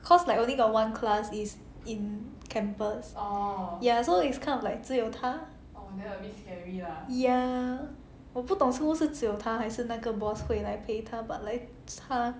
cause like only got one class is in campus ya so it's kind of like 只有她 ya 我不懂是不是只有她还是那个 boss 会来陪她 but like 她